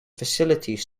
facilities